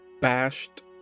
bashed